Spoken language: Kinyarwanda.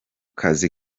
kazi